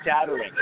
shattering